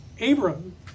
Abram